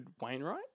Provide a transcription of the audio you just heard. Wainwright